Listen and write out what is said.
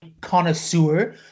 connoisseur